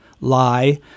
lie